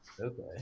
okay